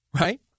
Right